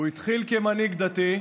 הוא התחיל כמנהיג דתי,